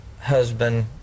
husband